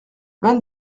vingt